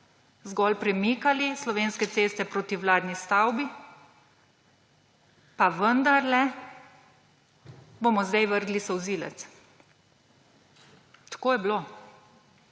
zgolj premikali s Slovenske ceste proti vladni stavbi, pa vendarle »bomo zdaj vrgli solzivec«. Tako je bilo.